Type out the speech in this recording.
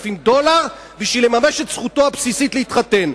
דולר כדי לממש את זכותו הבסיסית להתחתן.